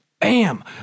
bam